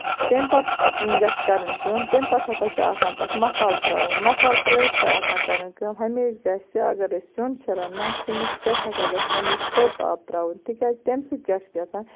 تَمہِ پَتہٕ گژھِ کَرٕنۍ کٲم تَمہِ پَتہٕ ہا چھُ آسان تَتھ مَسالہٕ تراوُن مَسالہٕ ترٲوِتھ چھِ آسان کَرٕنۍ کٲم ہَمیشہٕ گژھِ اَگر أسۍ سیُن چھِ رَنان سِنِس پٮ۪ٹھ ہسا گژھِ ہَمیشہٕ توٚت آب تراوُن تِکیازِ تَمہِ سۭتۍ کیاہ چھُ گژھان